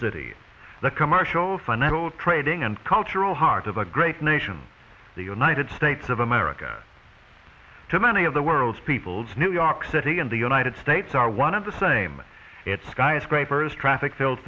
city the commercial financial trading and cultural heart of a great nation the united states of america to many of the world's peoples new york city and the united states are one of the same skyscrapers traffic filled